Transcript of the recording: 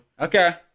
Okay